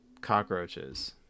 cockroaches